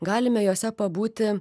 galime juose pabūti